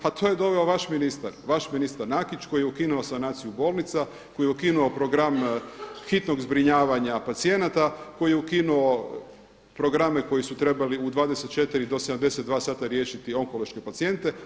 Pa to je doveo vaš ministar Nakić koji je ukinuo sanaciju bolnica, koji je ukinuo program hitnog zbrinjavanja pacijenata, koji je ukinuo programe koji su trebali u 24 do 72 sata riješiti onkološke pacijente.